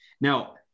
Now